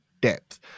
depth